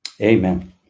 amen